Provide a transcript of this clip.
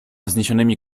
wzniesionymi